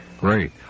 Great